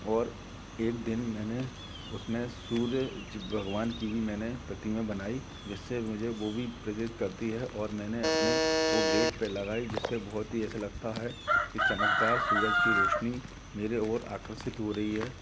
और एक दिन मैंने उसमें सूर्य भगवान जी की भी मैंने प्रतिमा बनायी जिससे मुझे वो भी प्रेरित करती है और मैंने अपने वो गेट पे लगाई जिससे बहुत ही ऐसे लगता है कि चमकदार सूरज की रोशनी मेरे ओर आकर्षित हो रही है